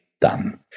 done